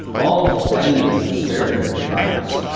all flaming with the spirit of defiance.